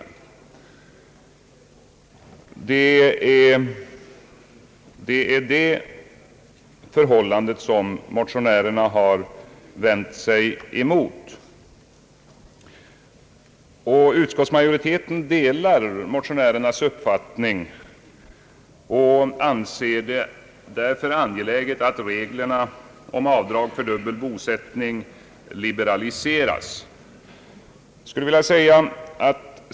I sådana fall har man vägrat bidrag. Det är detta förhållande som motionärerna har vänt sig emot. rernas uppfattning. Majoriteten anser det således angeläget att reglerna om avdrag vid dubbel bosättning liberaliseras.